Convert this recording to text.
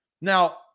Now